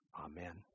Amen